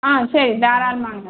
ஆ சரி தாராளமாங்க